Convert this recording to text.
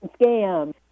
scam